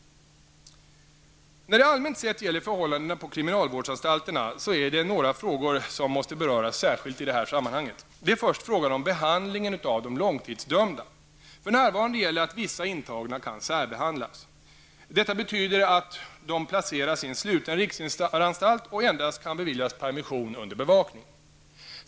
När det allmänt sett gäller förhållandena på kriminalvårdsanstalterna är det några frågor som måste beröras särskilt i det här sammanhanget. Det är först frågan om behandlingen av de långtidsdömda. För närvarande gäller att vissa intagna kan särbehandlas. Detta betyder att de placeras i sluten riksanstalt och endast kan beviljas permission under bevakning.